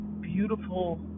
beautiful